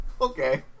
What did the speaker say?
Okay